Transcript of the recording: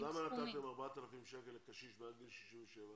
אז למה נתתם 4,000 שקל לקשיש מעל גיל 67?